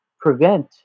prevent